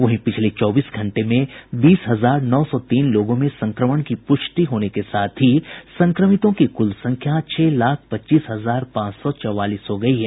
वहीं पिछले चौबीस घंटे में बीस हजार नौ सौ तीन लोगों में संक्रमण की पुष्टि होने के साथ ही संक्रमितों की कुल संख्या छह लाख पच्चीस हजार पांच सौ चौवालीस हो गई है